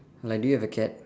like do you have a cat